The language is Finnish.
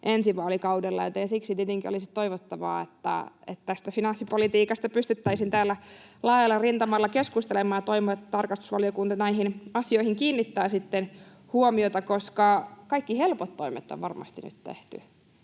ensi vaalikaudella. Siksi tietenkin olisi toivottavaa, että finanssipolitiikasta pystyttäisiin täällä laajalla rintamalla keskustelemaan, ja toivon, että tarkastusvaliokunta näihin asioihin kiinnittää huomiota, koska kaikki helpot toimet on varmasti nyt tehty